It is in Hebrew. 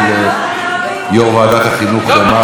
דבר לעניין, לעניין.